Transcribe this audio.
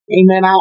Amen